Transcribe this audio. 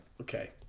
Okay